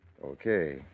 Okay